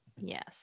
Yes